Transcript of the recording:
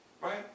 right